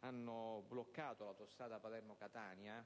hanno bloccato l'autostrada Palermo-Catania,